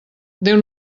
déu